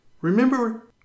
Remember